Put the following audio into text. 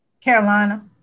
Carolina